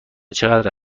چقدر